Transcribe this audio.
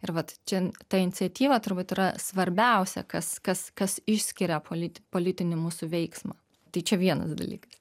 ir vat čia ta iniciatyva turbūt yra svarbiausia kas kas kas išskiria politi politinį mūsų veiksmą tai čia vienas dalykas